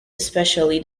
especially